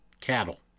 cattle